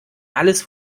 alles